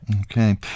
Okay